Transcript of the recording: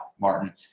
Martin